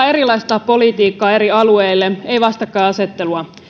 erilaista politiikkaa eri alueille ei vastakkainasettelua